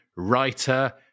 Writer